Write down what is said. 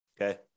okay